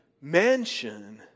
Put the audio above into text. mansion